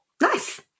Nice